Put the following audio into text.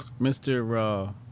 Mr